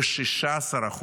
ב-16%,